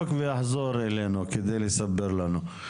אז הוא יבדוק ויחזור אלינו, כדי לספר לנו.